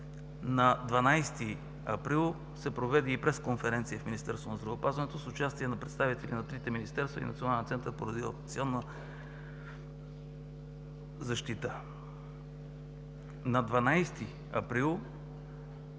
на 12 април се проведе и пресконференция в Министерството на здравеопазването с участие на представители на трите министерства и Националния център по радиационна защита. На 12 април